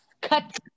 cut